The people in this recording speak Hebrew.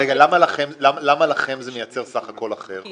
למה לכם זה מייצג סך הכול אחר?